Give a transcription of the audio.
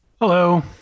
Hello